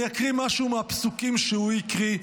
אני אקריא משהו מהפסוקים שהוא הקריא,